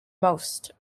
most